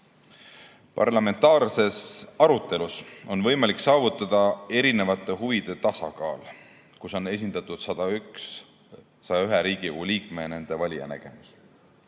Parlamentaarses arutelus on võimalik saavutada erinevate huvide tasakaal, kus on esindatud 101 Riigikogu liikme ja nende valijate nägemus.